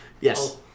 Yes